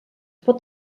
pot